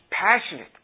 passionate